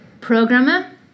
programmer